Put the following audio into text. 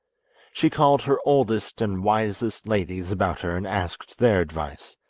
she called her oldest and wisest ladies about her and asked their advice,